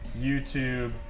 YouTube